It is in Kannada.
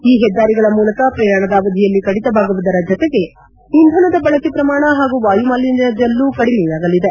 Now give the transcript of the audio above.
ಈ ಹೆದ್ದಾರಿಗಳ ಮೂಲಕ ಪ್ರಯಾಣದ ಅವಧಿಯಲ್ಲಿ ಕಡಿತವಾಗುವುದುರ ಜತೆಗೆ ಇಂಧನದ ಬಳಕೆ ಪ್ರಮಾಣ ಹಾಗೂ ವಾಯುಮಾಲಿನ್ಲದಲ್ಲೂ ಕಡಿಮೆಯಾಗಲಿದೆ